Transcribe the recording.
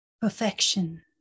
perfection